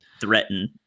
threaten